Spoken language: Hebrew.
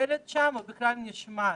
מתקבלת שם ובכלל נשמעת?